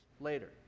later